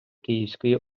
київської